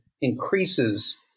increases